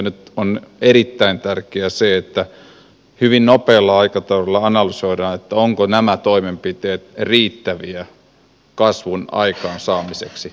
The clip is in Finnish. nyt on erittäin tärkeää se että hyvin nopealla aikataululla analysoidaan ovatko nämä toimenpiteet riittäviä kasvun aikaansaamiseksi